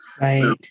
Right